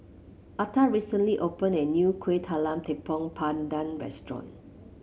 Atha recently opened a new Kuih Talam Tepong Pandan Restaurant